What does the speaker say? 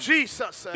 Jesus